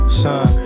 son